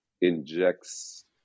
injects